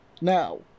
now